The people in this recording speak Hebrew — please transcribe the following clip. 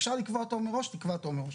אפשר לקבוע תור מראש, תקבע תור מראש.